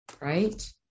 right